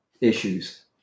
issues